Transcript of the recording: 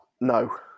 no